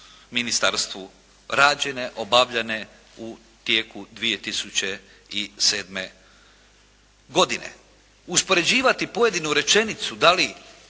ministarstvu rađene, obavljane u tijeku 2007. godine. Uspoređivati pojedinu rečenicu da li